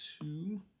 two